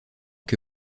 que